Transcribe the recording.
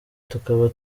tukaba